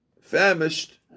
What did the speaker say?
famished